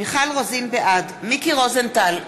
בעד מיקי רוזנטל,